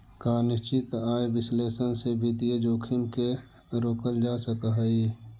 का निश्चित आय विश्लेषण से वित्तीय जोखिम के रोकल जा सकऽ हइ?